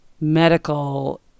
medical